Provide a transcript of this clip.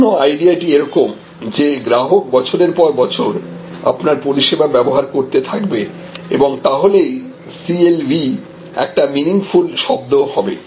সম্পূর্ণ আইডিয়া টি এরকম যে গ্রাহক বছরের পর বছর আপনার পরিষেবা ব্যবহার করতে থাকবে এবং তাহলেই CLV একটি মিনিংফুল শব্দ হবে